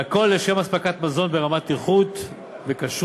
והכול לשם אספקת מזון ברמת איכות וכשרות,